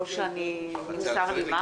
לא שנמסר לי מה,